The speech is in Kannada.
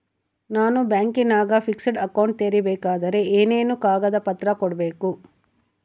ನಾನು ಬ್ಯಾಂಕಿನಾಗ ಫಿಕ್ಸೆಡ್ ಅಕೌಂಟ್ ತೆರಿಬೇಕಾದರೆ ಏನೇನು ಕಾಗದ ಪತ್ರ ಕೊಡ್ಬೇಕು?